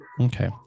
Okay